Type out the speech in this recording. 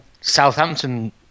Southampton